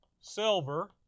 silver